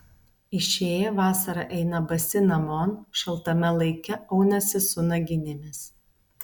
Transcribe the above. išėję vasarą eina basi namon šaltame laike aunasi su naginėmis